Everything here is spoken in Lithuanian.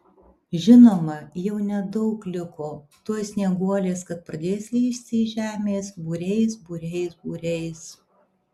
žinoma jau nedaug liko tuoj snieguolės kad pradės lįsti iš žemės būriais būriais būriais